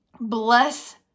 bless